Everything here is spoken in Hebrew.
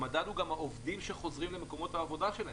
המדד הוא גם העובדים שחוזרים למקומות העבודה שלהם.